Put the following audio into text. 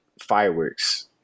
fireworks